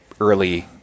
early